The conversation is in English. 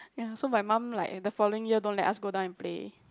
ya so my mum like the following year don't let us go down and play